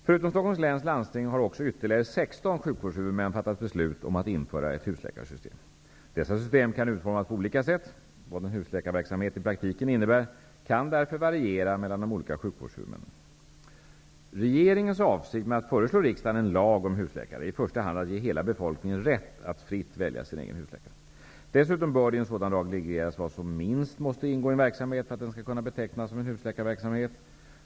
Förutom Stockholms läns landsting har också ytterligare 16 sjukvårdshuvudmän fattat beslut om att införa ett husläkarsystem. Dessa system kan utformas på olika sätt. Vad en husläkarverksamhet i praktiken innebär kan därför variera mellan de olika sjukvårdshuvudmännen. Regeringens avsikt med att föreslå riksdagen en lag om husläkare är i första hand att ge hela befolkningen rätt att fritt välja sin egen husläkare. Dessutom bör det i en sådan lag regleras vad som minst måste ingå i en verksamhet för att den skall kunna betecknas som en husläkarverksamhet.